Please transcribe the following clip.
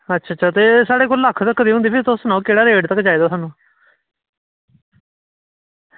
अच्छा अच्छा ते साढ़े कोल लक्ख धोड़ी दे होंदे ते तुस दस्सो केह्ड़ा रेट तक चाहिदा थुआनूं